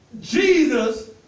Jesus